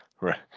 Right